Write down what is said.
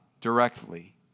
directly